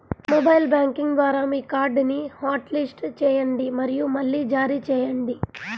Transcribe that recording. mobile banking ద్వారా మీ కార్డ్ని హాట్లిస్ట్ చేయండి మరియు మళ్లీ జారీ చేయండి